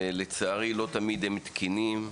ולצערי, לא תמיד הם תקינים.